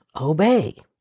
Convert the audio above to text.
obey